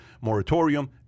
moratorium